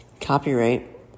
copyright